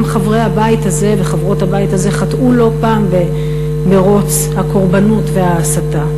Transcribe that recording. גם חברי הבית הזה וחברות הבית הזה חטאו לא פעם במירוץ הקורבנות וההסתה.